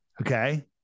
Okay